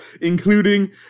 including